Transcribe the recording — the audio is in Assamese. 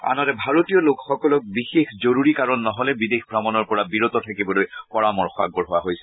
আনহাতে ভাৰতীয় লোকসকলক বিশেষ জৰুৰী কাৰণ নহলে বিদেশ ভ্ৰমণৰ পৰা বিৰত থাকিবলৈ পৰামৰ্শ আগবঢ়োৱা হৈছে